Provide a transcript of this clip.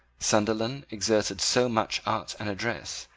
sunderland exerted so much art and address,